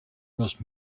must